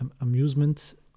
amusement